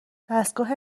دستگاه